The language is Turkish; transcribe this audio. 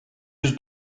yüz